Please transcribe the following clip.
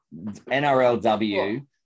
NRLW